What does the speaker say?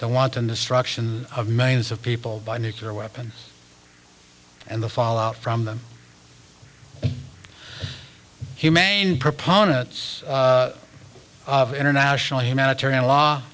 the wanton destruction of millions of people by nuclear weapons and the fall out from them humane proponents of international